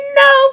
no